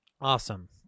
awesome